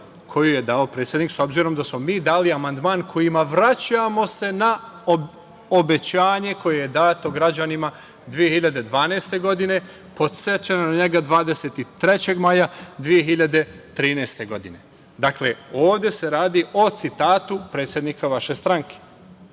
koju je dao predsednik s obzirom da smo mi dali amandman kojim se vraćamo na obećanje koje je dato građanima 2012. godine, podsećano na njega 23. maja 2013. godine. Dakle, ovde se radi o citatu predsednika vaše stranke.